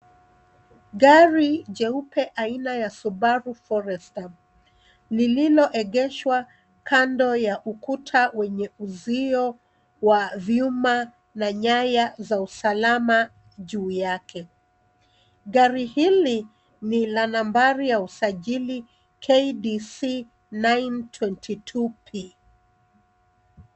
Gari jeupe aina ya subaru forester, lililoegeshwa kando ya ukuta wenye uzio wa vyuma na nyaya za usalama juu yake. Gari hili ni la nambari ya usajili KDC 922P.